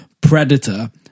Predator